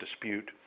dispute